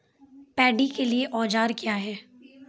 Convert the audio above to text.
Paddy के लिए औजार क्या हैं?